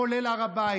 כולל הר הבית.